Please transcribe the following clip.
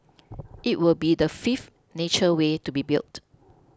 it will be the fifth nature way to be built